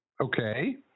Okay